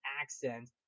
accent